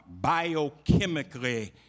biochemically